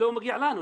לא מגיע לנו.